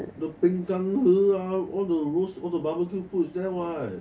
the peng kang ah all the roast all the barbecue foods there [what]